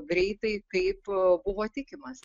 greitai kaip buvo tikimasi